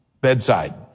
bedside